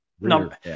number